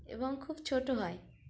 এবং খুব ছোটো হয়